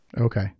Okay